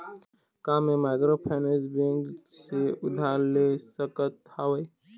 का मैं microfinance bank से उधार ले सकत हावे?